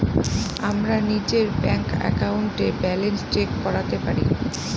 আমরা নিজের ব্যাঙ্ক একাউন্টে ব্যালান্স চেক করতে পারি